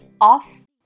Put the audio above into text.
off